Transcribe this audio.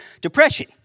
depression